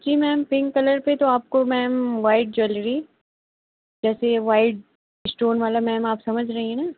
जी ma'am pink colour पर तो आपको मैम वाइट ज्वेलरी जैसे वाइट इस्टोन वाला मैम आप समझ रही हैं न